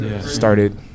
started